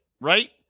Right